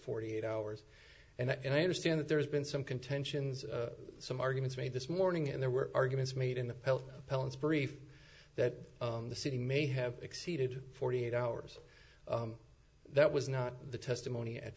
forty eight hours and i understand that there's been some contentions some arguments made this morning and there were arguments made in the parents brief that the city may have exceeded forty eight hours that was not the testimony